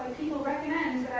people recommend